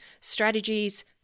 strategies